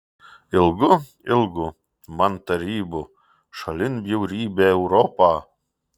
ilgu ilgu man tarybų šalin bjaurybę europą